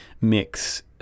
mix